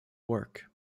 work